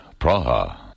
Praha